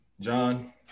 John